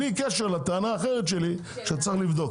בלי קשר לטענה האחרת שלי שצריך לבדוק.